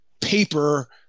paper